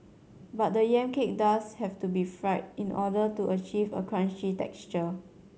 but the yam cake does have to be fried in order to achieve a crunchy texture